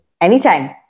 Anytime